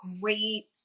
great